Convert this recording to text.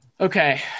okay